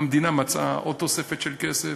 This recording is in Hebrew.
המדינה מצאה עוד תוספת של כסף,